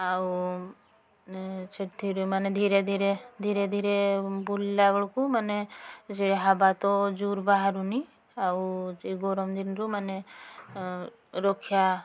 ଆଉ ସେଥିରେ ମାନେ ଧିରେଧିରେ ଧିରେଧିରେ ବୁଲିଲା ବେଳକୁ ମାନେ ସେ ହାୱା ତ ଜୋର୍ରେ ବାହାରୁନି ଆଉ ଯେ ଗରମଦିନରୁ ମାନେ ରକ୍ଷା